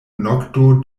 nokto